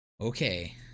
Okay